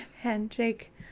handshake